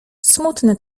smutne